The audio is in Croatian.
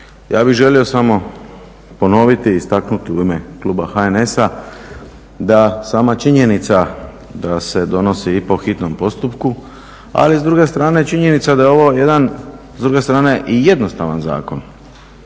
Ja bih želio samo ponoviti i istaknuti u ime kluba HNS-a da sama činjenica da se donosi po hitnom postupku, ali s druge strane je činjenica da je ovo jedan,